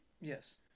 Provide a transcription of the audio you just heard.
Yes